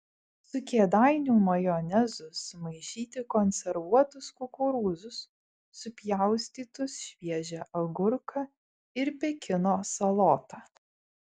su kėdainių majonezu sumaišyti konservuotus kukurūzus supjaustytus šviežią agurką ir pekino salotą